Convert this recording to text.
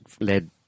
led